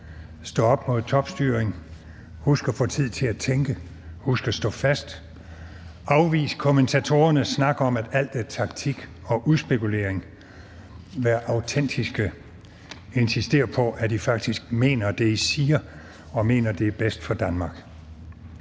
stå op imod topstyring; husk at få tid til at tænke, husk at stå fast. Afvis kommentatorernes snak om, at alt er taktik og udspekulering. Vær autentiske. Insister på, at I faktisk mener det, I siger, og mener, at det er bedst for Danmark.